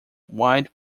wide